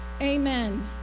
Amen